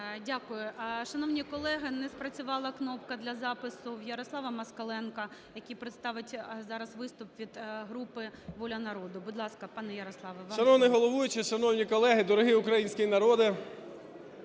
Дякую. Шановні колеги, не спрацювала кнопка для запису у Ярослава Москаленка, який представить зараз виступ від групи "Воля народу". Будь ласка, пане Ярославе, вам слово. 10:30:00 МОСКАЛЕНКО Я.М. Шановна головуюча, шановні колеги, дорогий український народе!